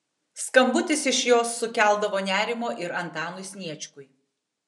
skambutis iš jos sukeldavo nerimo ir antanui sniečkui